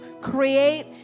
create